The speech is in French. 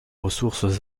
ressources